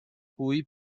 cui